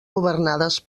governades